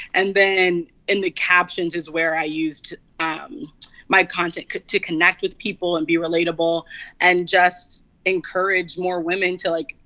and then in the captions is where i used um my content to connect with people and be relatable and just encourage more women to, like,